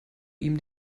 ihm